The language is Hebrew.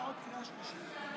תתבייש לך.